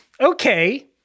Okay